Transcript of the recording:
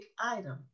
item